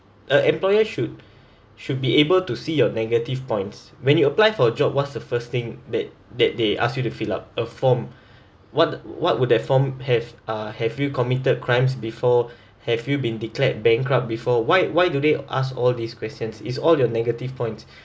uh employer should should be able to see your negative points when you apply for a job what's the first thing that that they ask you to fill up a form what what would that form have uh have you committed crimes before have you been declared bankrupt before why why do they ask all these questions it's all your negative points